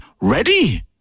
ready